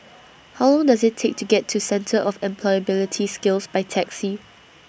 How Long Does IT Take to get to Centre For Employability Skills By Taxi